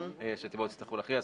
ובו יצטרכו להכריע.